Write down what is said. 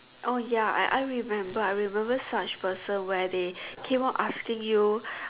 oh ya I I remember I remember such person where they keep on asking you